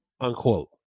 Unquote